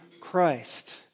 Christ